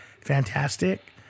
fantastic